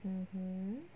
mmhmm